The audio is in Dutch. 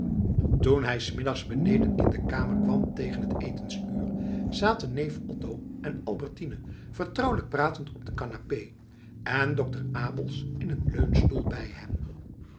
toen hij s middags beneden in de kamer kwam tegen t etensuur zaten neef otto en albertine vertrouwelijk pratend op de canapé en dokter abels in een leunstoel bij hen